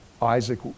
Isaac